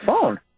phone